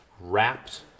wrapped